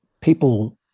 people